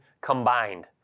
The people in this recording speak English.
combined